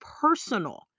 personal